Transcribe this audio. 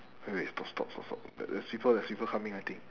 wait wait stop stop stop there's people there's people coming I think